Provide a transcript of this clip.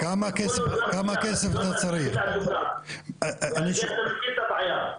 אתה מכיר את הבעיה.